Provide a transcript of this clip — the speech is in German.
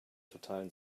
totalen